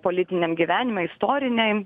politiniam gyvenime istorinėj